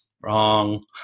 wrong